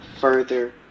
further